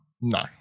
no